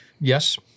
Yes